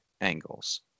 angles